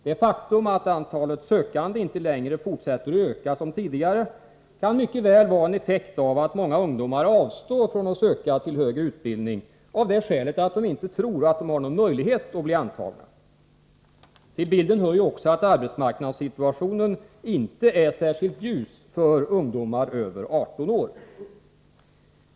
Det faktum att antalet sökande inte längre fortsätter att öka som tidigare kan mycket väl vara en effekt av att många ungdomar avstår från att söka till högre utbildning av det skälet att de inte tror att de har någon möjlighet att bli antagna. Till bilden hör också att arbetsmarknadssituationen inte är särskilt ljus för ungdomar över 18 år.